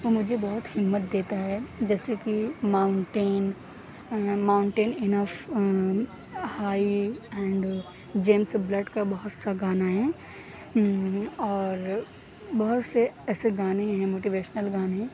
وہ مجھے بہت ہمت دیتا ہے جیسے کہ mountain mountain enough high and James Blood کا بہت سا گانا ہے اور بہت سے ایسے گانے ہیں موٹیویشنل گانے